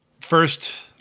First